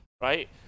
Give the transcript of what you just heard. right